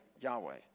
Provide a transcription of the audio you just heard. Yahweh